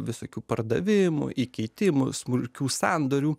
visokių pardavimų įkeitimų smulkių sandorių